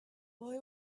boy